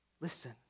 Listen